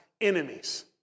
enemies